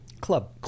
club